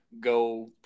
go